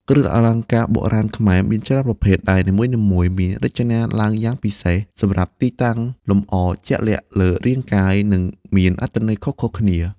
គ្រឿងអលង្ការបុរាណខ្មែរមានច្រើនប្រភេទ ដែលនីមួយៗត្រូវបានរចនាឡើងយ៉ាងពិសេសសម្រាប់ទីតាំងលម្អជាក់លាក់លើរាងកាយ និងមានអត្ថន័យខុសៗគ្នា។